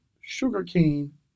sugarcane